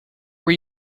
were